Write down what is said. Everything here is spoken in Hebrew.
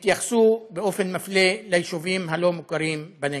התייחסו באופן מפלה ליישובים הלא-מוכרים בנגב.